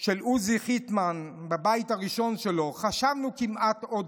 של עוזי חיטמן בבית הראשון שלו: "חשבנו כמעט / עוד